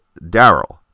Daryl